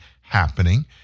happening